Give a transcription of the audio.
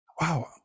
wow